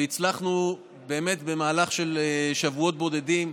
והצלחנו באמת, במהלך שבועות בודדים,